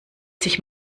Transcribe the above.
sich